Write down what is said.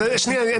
אם